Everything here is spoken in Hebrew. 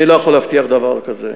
אני לא יכול להבטיח דבר כזה.